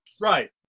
Right